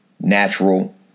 natural